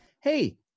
Hey